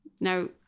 Now